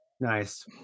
Nice